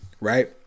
right